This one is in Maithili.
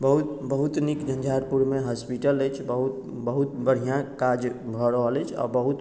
बहुत बहुत नीक झञ्झारपुरमे हॉस्पिटल अछि बहुत बहुत बढ़िआँ काज भऽ रहल अछि आ बहुत